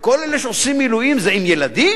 וכל אלה שעושים מילואים זה עם ילדים?